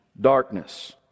darkness